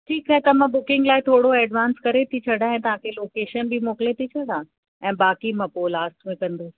ठीकु आहे त मां बुकिंग लाइ थोरो एडवांस करे थी छॾां तव्हांखे लोकेशन बि मोकिले थी छॾां बाक़ी मां पोइ लास्ट में कंदसि